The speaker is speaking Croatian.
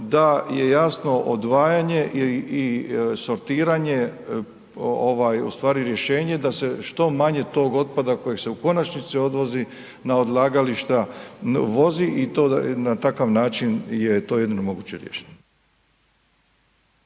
da je jasno odvajanje i sortiranje ustvari rješenje da se što manje tog otpada kojeg se u konačnici odvozi na odlagališta vozi i to na takav je to jedino moguće riješiti.